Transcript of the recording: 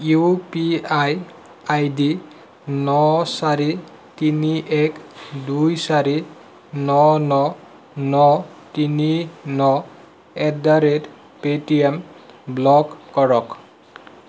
U P I I D ন চাৰি তিনি এক দুই চাৰি ন ন ন তিনি ন at the rate Paytm block কৰক